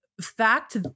fact